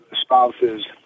spouse's